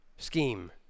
scheme